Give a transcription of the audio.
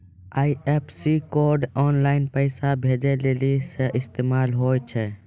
IFSC code online पैसा भेजै लेली सेहो इस्तेमाल होय छै